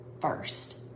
first